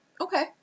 Okay